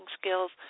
skills